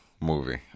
movie